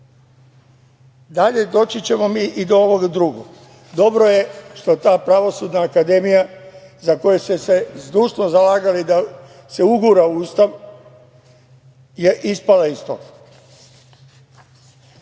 doći ćemo mi i do ovog drugog. Dobro je što ta Pravosudna akademija, za koju ste se zdušno zalagali da se ugura u Ustav, je ispala iz toga.